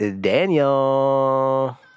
daniel